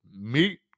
meat